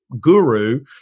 guru